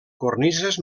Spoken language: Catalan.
cornises